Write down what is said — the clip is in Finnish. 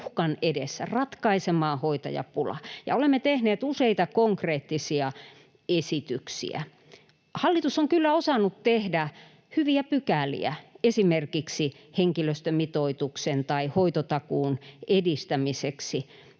uhkan edessä ratkaisemaan hoitajapulan, ja olemme tehneet useita konkreettisia esityksiä. Hallitus on kyllä osannut tehdä hyviä pykäliä esimerkiksi henkilöstömitoituksen tai hoitotakuun edistämiseksi,